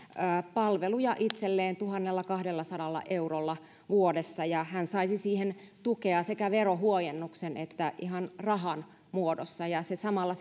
palveluja itselleen tuhannellakahdellasadalla eurolla vuodessa ja saisi siihen tukea sekä verohuojennuksen että ihan rahan muodossa se samalla